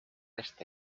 este